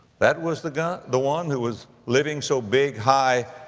that was the guy, the one who was living so big, high,